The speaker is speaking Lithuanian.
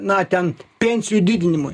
na ten pensijų didinimui